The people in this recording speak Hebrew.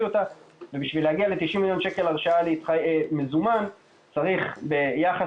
אותה ובשביל להגיע ל-90 מיליון שקל מזומן צריך ביחס